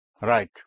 Right